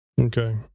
Okay